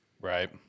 right